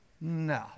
No